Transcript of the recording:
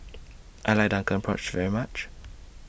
I like Drunken Prawns very much